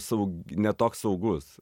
saug ne toks saugus